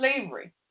slavery